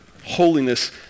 Holiness